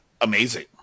amazing